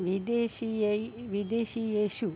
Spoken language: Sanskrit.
विदेशीयैः विदेशीयेषु